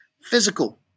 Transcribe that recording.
Physical